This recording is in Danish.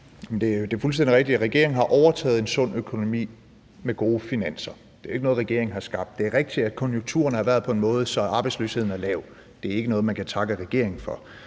Det er fuldstændig rigtigt, at regeringen har overtaget en sund økonomi med gode finanser. Det er jo ikke noget, regeringen har skabt. Det er rigtigt, at konjunkturerne har været på en måde, så arbejdsløsheden er lav. Det er ikke noget, man kan takke regeringen for.